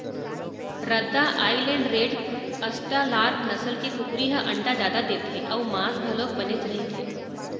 रद्दा island red, Australorp नसल के कुकरी ह अंडा जादा देथे अउ मांस घलोक बनेच रहिथे